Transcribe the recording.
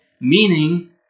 Meaning